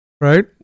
Right